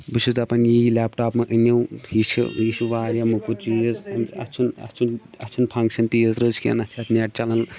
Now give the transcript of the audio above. بہٕ چھُس دَپَان یی یہِ لٮ۪پٹاپ مہٕ أنیو یہِ چھِ یہِ چھُ واریاہ موٚکُر چیٖز أمۍ اَتھ چھُنہٕ اَتھ چھُنہٕ اَتھ چھُنہٕ فَنٛگشَن تیٖژ رٕژ کِہیٖنۍ نہ چھِ اَتھ نٮ۪ٹ چَلَان